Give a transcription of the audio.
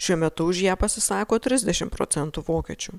šiuo metu už ją pasisako trisdešimt procentų vokiečių